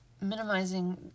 minimizing